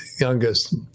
youngest